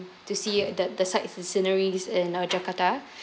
to see that the sites and sceneries in uh jakarta